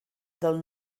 del